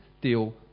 deal